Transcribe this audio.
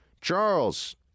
Charles